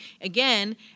again